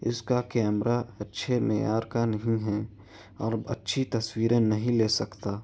اس کا کیمرہ اچھے معیار کا نہیں ہے اور اچھی تصویریں نہیں لے سکتا